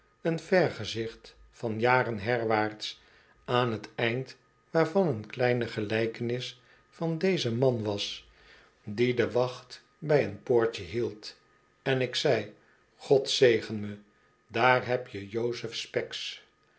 een vergezicht van jaren herwaarts aan t eind waarvan een kleine gelijkenis van dezen man was die de wacht bij een poortje hield en ik zei god zegen me daar heb je jozef specks